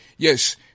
Yes